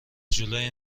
جلوی